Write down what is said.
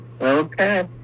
Okay